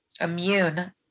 immune